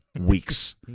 weeks